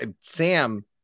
Sam